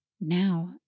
Now